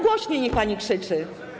Głośniej niech pani krzyczy.